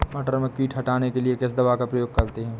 मटर में कीट हटाने के लिए किस दवा का प्रयोग करते हैं?